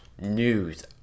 news